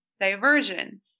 Diversion